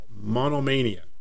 monomania